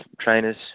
trainers